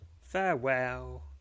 farewell